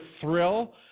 thrill